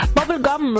Bubblegum